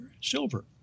silver